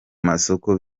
masoko